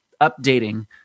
updating